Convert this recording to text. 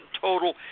total